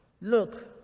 look